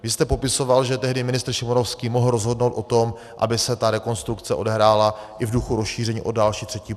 Vy jste popisoval, že tehdy ministr Šimonovský mohl rozhodnout o tom, aby se ta rekonstrukce odehrála i v duchu rozšíření o další, třetí pruh.